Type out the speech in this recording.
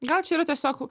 gal čia yra tiesiog